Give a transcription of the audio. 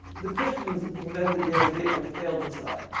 the christians invented the idea of a failed messiah.